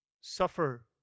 suffer